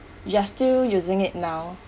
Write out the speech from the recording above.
you're still using it now